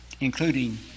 including